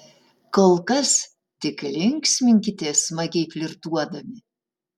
kol kas tik linksminkitės smagiai flirtuodami